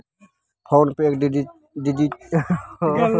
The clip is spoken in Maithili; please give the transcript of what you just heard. फोनपे एक डिजिटल पेमेंट सेवा प्रदान करै वाला एक कंपनी छै